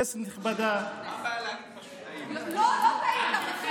אבל לי לא קראת אחת.